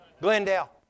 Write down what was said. Glendale